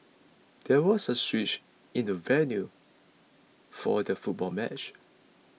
there was a switch in the venue for the football match